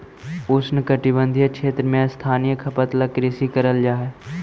उष्णकटिबंधीय क्षेत्र में स्थानीय खपत ला कृषि करल जा हई